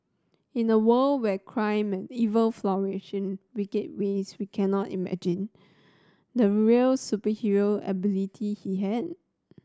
in a world where crime and evil flourished wicked ways we cannot imagine the real superhero ability he had